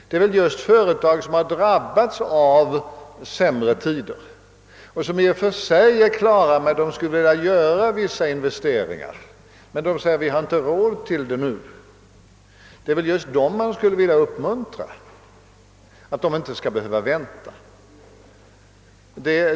Det är just sådana företag, som har drabbats av sämre tider och som kanske är på det klara med att de skulle vilja göra vissa investeringar men som finner att de inte nu har råd till det, det är inte minst dem man skulle vilja uppmuntra, så att de inte skall behöva vänta med köpen.